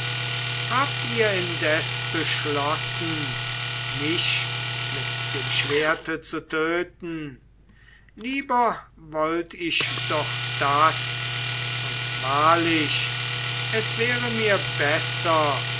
habt ihr indes beschlossen mich mit dem schwerte zu töten lieber wollt ich doch das und wahrlich es wäre mir besser